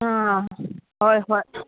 ꯑꯥ ꯍꯣꯏ ꯍꯣꯏ